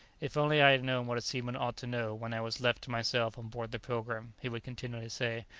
if only i had known what a seaman ought to know when i was left to myself on board the pilgrim, he would continually say,